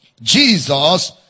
jesus